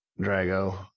Drago